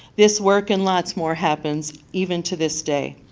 this work and lots more happens, even to this day.